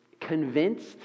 Convinced